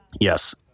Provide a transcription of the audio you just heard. Yes